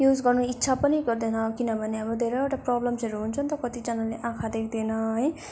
use गर्नु इच्छा पनि गर्दैन किनभने अब धेरैवटा प्रब्लम्सहरू हुन्छ नि त कतिजनाले आँखा देख्दैन है कति